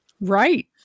Right